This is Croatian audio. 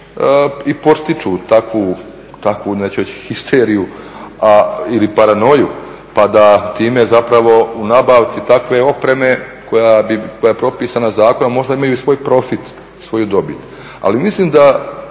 i podstiću takvu, takvu neću reći histeriju ili paranoju pa da time zapravo u nabavci takve opreme koja je propisana zakonom možda imaju i svoj profit, svoju dobit. Ali mislim da